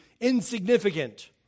insignificant